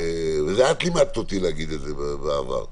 את לימדת אותי להגיד את זה בעבר.